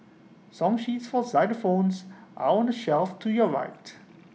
song sheets for xylophones are on the shelf to your right